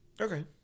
okay